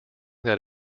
that